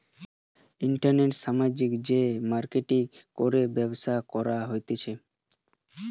ইন্টারনেটে সামাজিক যে মার্কেটিঙ করে ব্যবসা করা হতিছে